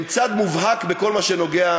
הן צד מובהק בכל מה שנוגע,